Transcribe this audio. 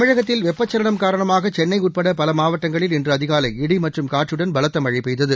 தமிழகத்தில் வெப்பச்சலனம் காரணமாகசென்னைஉட்பட பலமாவட்டங்களில் இன்றுஅதிகாலை இடி மற்றும் காற்றுடன் பலத்தமழைபெய்தது